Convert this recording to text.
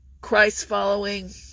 Christ-following